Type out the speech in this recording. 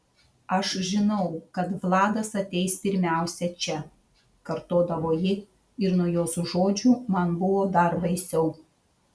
aš žinau kad vladas ateis pirmiausia čia kartodavo ji ir nuo jos žodžių man buvo dar baisiau